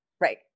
right